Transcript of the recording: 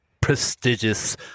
prestigious